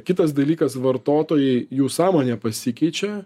kitas dalykas vartotojai jų sąmonė pasikeičia